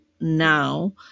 now